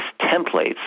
templates